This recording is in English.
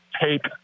take